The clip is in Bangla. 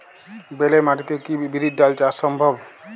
বেলে মাটিতে কি বিরির ডাল চাষ সম্ভব?